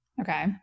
Okay